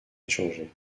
échangé